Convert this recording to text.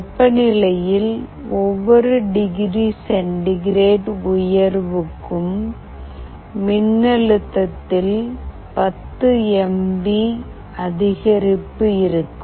வெப்பநிலையில் ஒவ்வொரு degree centigrade உயர்வுக்கும் மின் அழுத்தத்தில் 10 எம்வி அதிகரிப்பு இருக்கும்